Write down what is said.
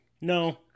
No